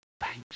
thanks